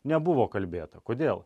nebuvo kalbėta kodėl